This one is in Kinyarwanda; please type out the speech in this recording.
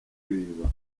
twiyubaka